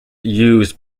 used